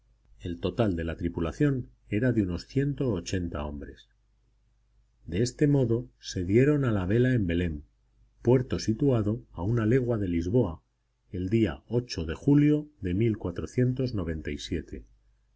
el total de la tripulación era de unos ciento ochenta hombres de este modo se dieron a la vela en belem puerto situado a una legua de lisboa el día de julio de